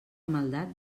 maldat